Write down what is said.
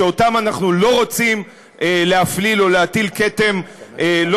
שאותם אנחנו לא רוצים להפליל ולא להטיל כתם בעתידם,